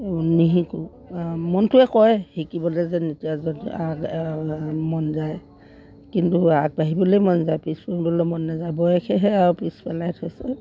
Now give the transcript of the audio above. নিশিকোঁ মনটোৱে কয় শিকিবলে কিন্তু আগবাঢ়িবলে মন যায় পিছ মন নাযায় বয়সেহে আৰু পিছ পেলাই থৈছে